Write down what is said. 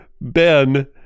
Ben